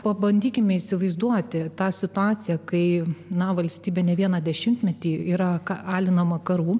pabandykime įsivaizduoti tą situaciją kai na valstybė ne vieną dešimtmetį iraką alinamą karų